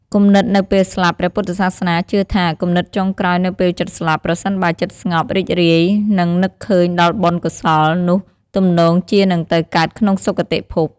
គំនិតនៅពេលស្លាប់ព្រះពុទ្ធសាសនាជឿថា គំនិតចុងក្រោយនៅពេលជិតស្លាប់ ប្រសិនបើចិត្តស្ងប់ រីករាយ និងនឹកឃើញដល់បុណ្យកុសល នោះទំនងជានឹងទៅកើតក្នុងសុគតិភព។